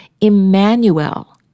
Emmanuel